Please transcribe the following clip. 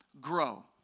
grow